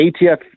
ATF